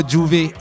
Juve